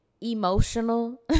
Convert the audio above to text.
Emotional